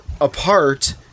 apart